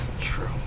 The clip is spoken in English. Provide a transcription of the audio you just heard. True